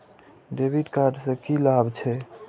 डेविट कार्ड से की लाभ छै?